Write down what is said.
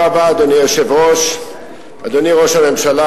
אדוני היושב-ראש, תודה רבה, אדוני ראש הממשלה,